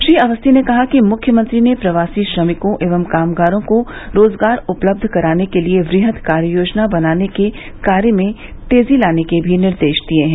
श्री अवस्थी ने कहा कि मुख्यमंत्री ने प्रवासी श्रमिकों एवं कामगारों को रोजगार उपलब्ध कराने के लिए व्रहद कार्ययोजना बनाने के कार्य में तेजी लाने के निर्देश भी दिए हैं